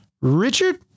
Richard